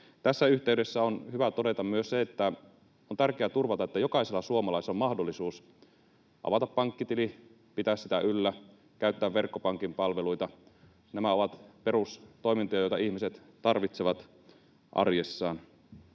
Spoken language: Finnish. Tässä yhteydessä on hyvä todeta myös se, että on tärkeää turvata, että jokaisella suomalaisella on mahdollisuus avata pankkitili, pitää sitä yllä, käyttää verkkopankin palveluita — nämä ovat perustoimintoja, joita ihmiset tarvitsevat arjessaan.